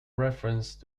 reference